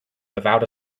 without